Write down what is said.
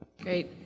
Great